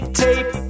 tape